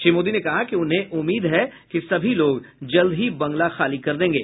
श्री मोदी ने कहा कि उन्हें उम्मीद है कि सभी लोग जल्द ही बंगला खाली कर देंगे